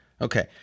Okay